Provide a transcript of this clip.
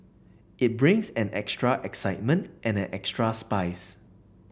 it brings an extra excitement and an extra spice